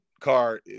car